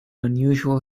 unusual